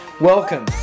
Welcome